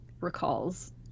recalls